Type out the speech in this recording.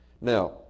Now